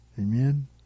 Amen